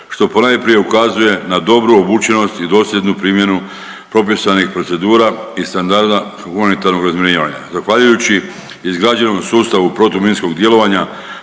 što ponajprije ukazuje na dobru obučenost i dosljednu primjenu propisanih procedura i standarda humanitarnog razminiranja. Zahvaljujući izgrađenom sustavu protuminskog djelovanja,